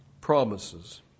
promises